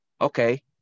okay